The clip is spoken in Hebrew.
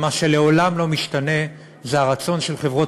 מה שלעולם לא משתנה זה הרצון של חברות